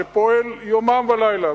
שפועל יומם ולילה,